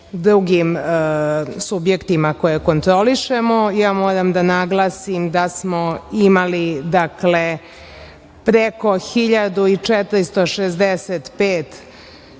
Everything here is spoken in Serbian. drugim subjektima koje kontrolišemo, moram da naglasim da smo imali preko 1465